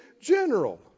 general